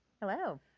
Hello